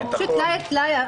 זה פשוט טלאי על טלאי.